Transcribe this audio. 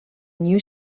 new